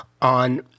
on